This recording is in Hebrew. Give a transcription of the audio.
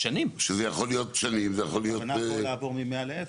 שזה יכול להיות שנים וזה יכול להיות הכוונה פה לעבור מ-100 לאפס.